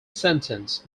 sentence